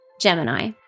Gemini